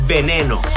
Veneno